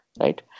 right